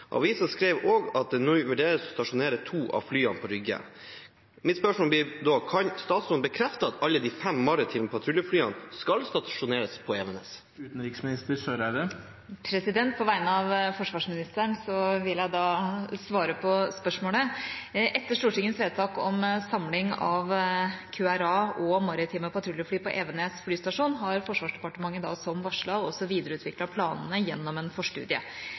Avisa skrev òg at det nå vurderes å stasjonere to av flyene på Rygge. Kan statsråden bekrefte at alle de fem maritime patruljeflyene skal stasjoneres på Evenes?» På vegne av forsvarsministeren vil jeg svare på spørsmålet. Etter Stortingets vedtak om samling av QRA og maritime patruljefly på Evenes flystasjon har Forsvarsdepartementet, som varslet, videreutviklet planene gjennom en forstudie.